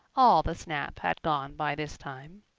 all the snap had gone by this time.